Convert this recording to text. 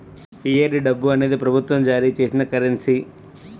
fiat డబ్బు అనేది ప్రభుత్వం జారీ చేసిన కరెన్సీ